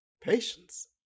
Patience